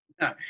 no